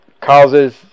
causes